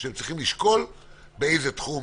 שהם צריכים לשקול באיזה תחום,